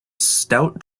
stout